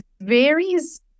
varies